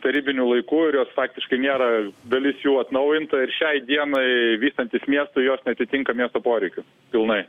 tarybinių laikų ir jos faktiškai nėra dalis jų atnaujinta ir šiai dienai vystantis miestui jos neatitinka miesto poreikių pilnai